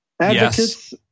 advocates